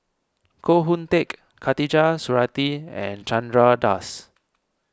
Koh Hoon Teck Khatijah Surattee and Chandra Das